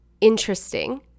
interesting